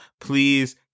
please